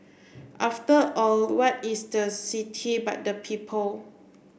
after all what is the city but the people